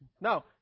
No